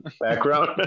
background